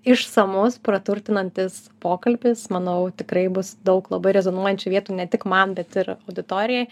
išsamus praturtinantis pokalbis manau tikrai bus daug labai rezonuojančių vietų ne tik man bet ir auditorijai